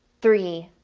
three,